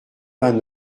vingt